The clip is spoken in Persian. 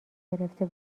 گرفته